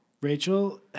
Rachel